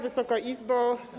Wysoka Izbo!